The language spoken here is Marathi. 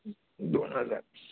दोन हजार